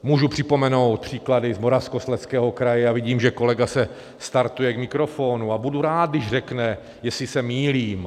Můžu připomenout příklady z Moravskoslezského kraje a vidím, že kolega se startuje k mikrofonu, a budu rád, když řekne, jestli se mýlím.